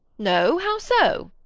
no! how so?